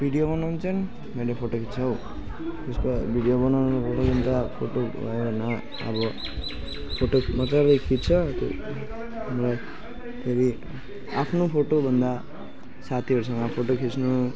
video बनाउँछन् कहिले photo खिच्छ हो जस्तो भिडियो बनाउनुको लागि त फोटो भएन अब फोटो मात्रै अब खिच्छ त्यो हामीलाई फेरि आफ्नो फोटो भन्दा साथीहरूसँग फोटो खिच्नु